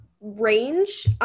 range